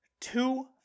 two